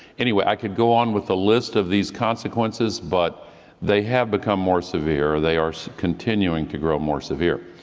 anyway, i could go on with the list of these consequences, but they have become more severe and they are continuing to grow more severe.